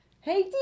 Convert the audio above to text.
hey